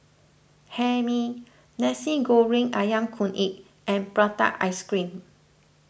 Hae Mee Nasi Goreng Ayam Kunyit and Prata Ice Cream